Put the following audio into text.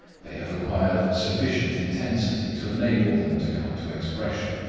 they have acquired sufficient intensity to enable them to come to expression.